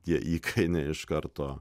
tie įkainiai iš karto